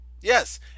Yes